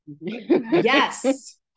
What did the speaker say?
Yes